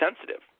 sensitive